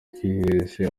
twiheshe